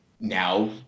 now